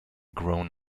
grown